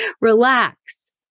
relax